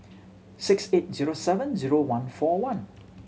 six eight zero seven zero one four one